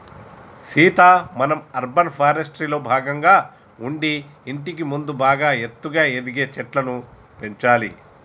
సీత మనం అర్బన్ ఫారెస్ట్రీలో భాగంగా ఉండి ఇంటికి ముందు బాగా ఎత్తుగా ఎదిగే చెట్లను పెంచాలి